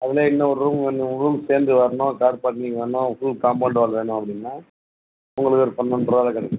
அதுலேயே இன்னோரு ரூம் இன்னொரு ரூம் சேர்ந்து வேணும்னா கார் பார்க்கிங் வேணும்னா ஃபுல் காம்பௌண்ட் சுவர் வேணும் அப்படின்னா உங்களுக்கு ஒருபன்னெண்டு ரூபாய் வரும் பன்னெண்டு ரூபாய் வரும்